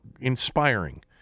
inspiring